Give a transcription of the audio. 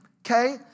okay